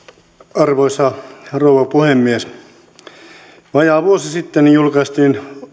arvoisa rouva puhemies vajaa vuosi sitten julkaistiin åbo